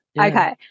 Okay